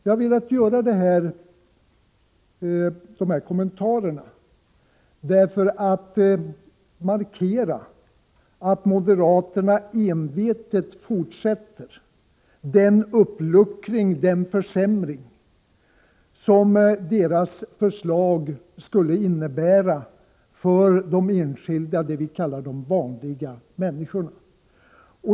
Jag har velat göra de här kommentarerna för att markera att moderaterna envetet fortsätter den uppluckring, den försämring som detta partis förslag skulle innebära för de enskilda människor vilka vi kallar de vanliga människorna.